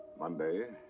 monday.